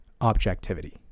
objectivity